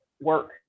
work